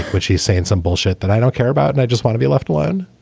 which he's saying some bullshit that i don't care about, and i just wanna be left alone